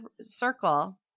circle